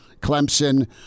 Clemson